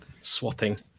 swapping